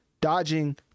dodging